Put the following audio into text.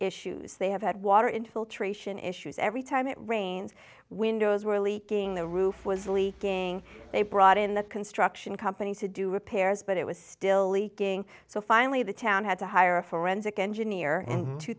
issues they have had water infiltration issues every time it rains windows were leaking the roof was leaking they brought in the construction company to do repairs but it was still leaking so finally the town had to hire a forensic engineer and two